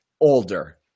older